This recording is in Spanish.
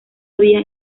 había